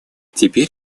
теперь